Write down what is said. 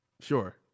Sure